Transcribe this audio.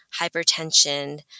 hypertension